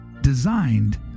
designed